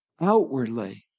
outwardly